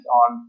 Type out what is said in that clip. on